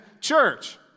Church